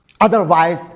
Otherwise